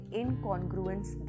incongruence